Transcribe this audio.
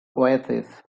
oasis